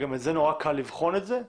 גם נורא קל לבחון את זה.